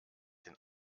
den